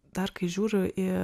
dar kai žiūriu į